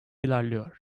ilerliyor